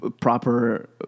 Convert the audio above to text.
proper